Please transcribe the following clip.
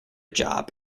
job